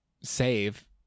save